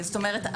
זאת אומרת,